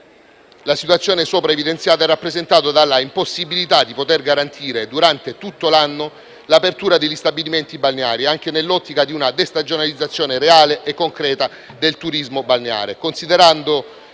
la situazione sopra evidenziata è rappresentato dall'impossibilità di poter garantire durante tutto l'anno l'apertura degli stabilimenti balneari, anche nell'ottica di una destagionalizzazione reale e concreta del turismo balneare,